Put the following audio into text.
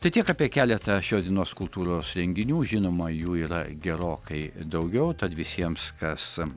tai tiek apie keletą šios dienos kultūros renginių žinoma jų yra gerokai daugiau tad visiems kas